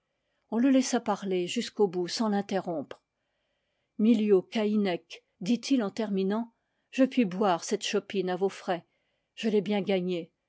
on le laissa parler jusqu'au bout sans l'interrompre miliau camec dit-il en terminant je puis boire cette chopine à vos frais je l'ai bien gagnée